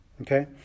Okay